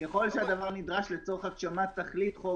ככל שהדבר נדרש לצורך הגשמת תכלית חוק